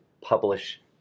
publish